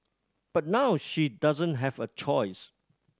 but now she doesn't have a choice